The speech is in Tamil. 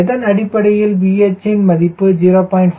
எதன் அடிப்படையில் VH வின் மதிப்பு 0